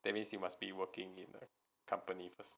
that means you must be working in a company first